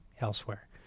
elsewhere